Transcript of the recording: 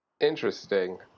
Interesting